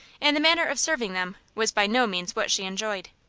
and the manner of serving them was by no means what she enjoyed.